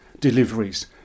deliveries